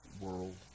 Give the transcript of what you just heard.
world